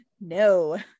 no